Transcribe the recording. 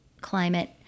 climate